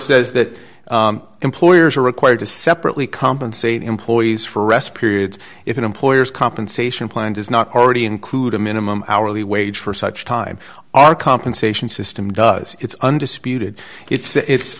says that employers are required to separately compensate employees for rest periods if an employer's compensation plan does not already include a minimum hourly wage for such time our compensation system does its undisputed its